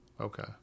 Okay